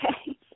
okay